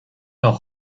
leur